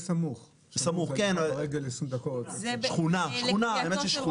שכונות זה דבר